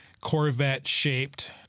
Corvette-shaped—